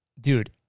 dude